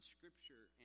Scripture